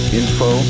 info